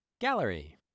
Gallery